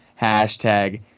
hashtag